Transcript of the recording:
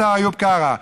השר איוב קרא,